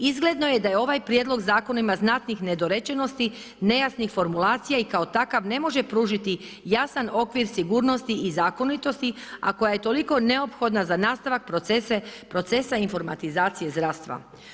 Izgledno je da je ovaj prijedlog zakona ima znatnih nedorečenosti, nejasnih formulacija i kao takav ne može pružiti jasan okvir sigurnosti i zakonitosti a koja je toliko neophodna za nastavak procese i informatizacije zdravstva.